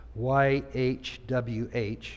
YHWH